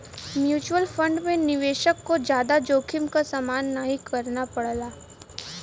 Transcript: mutual fund में निवेशक को जादा जोखिम क सामना नाहीं करना पड़ला